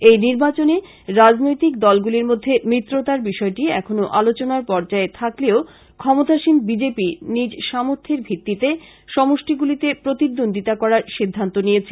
এই নির্বাচনে রাজনৈতিক দলগুলির মধ্যে মিত্রতার বিষয়টি এখনো আলোচনার পর্যায়ে থাকলেও ক্ষমতাসীন বিজেপি নিজ সামর্থের ভিত্তিতে সমষ্টিগুলিতে প্রতিদ্বন্ধীতা করার সিদ্ধান্ত নিয়েছে